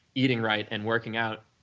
eating right and working out,